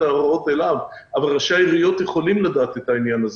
ההוראות אליו אבל ראשי העיריות יכולים לדעת את העניין הזה.